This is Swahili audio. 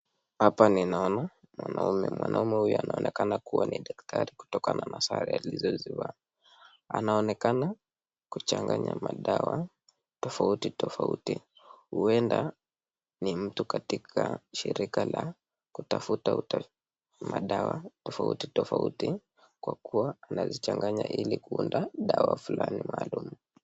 Hapa ninaona mwanaume, mwanaume huyo anaonekana ni daktari kutokana na sare alizovaa, anaonekana kuchanganya madawa tofauti tofauti huenda ni mtu katika shirika la kutafta madawa tofauti tofauti, kwa kuwa anazichanganya ili kuunda dawa fulani maalum.